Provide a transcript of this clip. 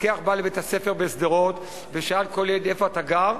מפקח בא לבית-הספר בשדרות ושאל כל ילד איפה אתה גר.